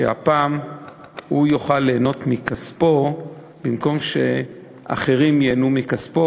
שהפעם הוא יוכל ליהנות מכספו במקום שאחרים ייהנו מכספו,